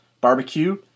barbecue